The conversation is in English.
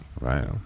Right